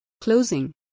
Closing